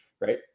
Right